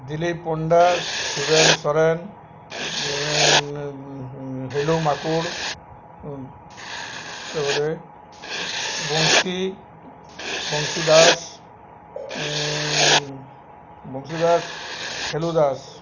দিলীপ পণ্ডা শিবেন সোরেন হেলু মাকুড় তার পরে বংশী বংশী দাস বংশী দাস হেলু দাস